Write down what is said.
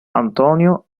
antonio